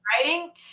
writing